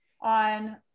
on